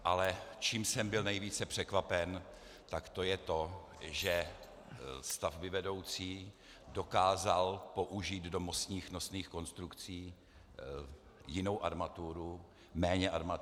Ale čím jsem byl nejvíce překvapen, tak to je to, že stavbyvedoucí dokázal použít do mostních nosných konstrukcí jinou armaturu, méně armatury.